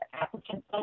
Applicant